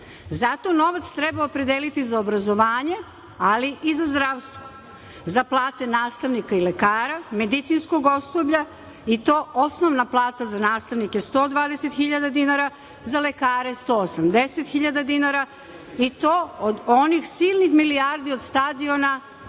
ima. Zato novac treba opredeliti za obrazovanje, ali i za zdravstvo, za plate nastavnika i lekara, medicinskog osoblja, i to osnovna plata za nastavnike 120 hiljada dinara, za lekare 180 hiljada dinara, i to od onih silnih milijardi od stadiona,